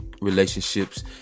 relationships